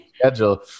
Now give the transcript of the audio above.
schedule